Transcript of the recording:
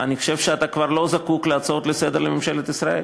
אני חושב שאתה כבר לא זקוק להצעות לסדר לממשלת ישראל,